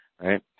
right